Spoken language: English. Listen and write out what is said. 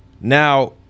Now